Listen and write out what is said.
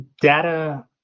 data